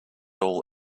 all